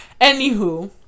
anywho